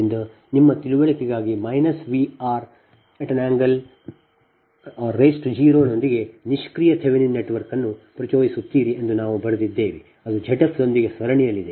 ಆದ್ದರಿಂದ ನಿಮ್ಮ ತಿಳುವಳಿಕೆಗಾಗಿ V r 0 ನೊಂದಿಗೆ ನಿಷ್ಕ್ರಿಯಥೆವೆನಿನ್ ನೆಟ್ವರ್ಕ್ ಅನ್ನು ನೀವು ಪ್ರಚೋದಿಸುತ್ತೀರಿ ಎಂದು ನಾವು ಬರೆದಿದ್ದೇವೆ ಅದು Z f ದೊಂದಿಗೆ ಸರಣಿಯಲ್ಲಿದೆ